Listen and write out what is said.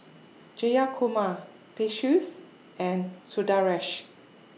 Jayakumar Peyush and Sundaresh